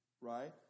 right